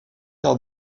par